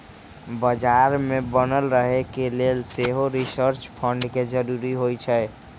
बजार में बनल रहे के लेल सेहो रिसर्च फंड के जरूरी होइ छै